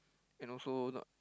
and also not